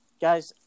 Guys